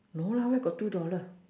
no lah where got two dollar